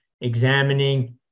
examining